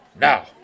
Now